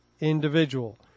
individual